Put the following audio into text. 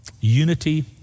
Unity